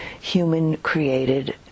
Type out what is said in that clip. human-created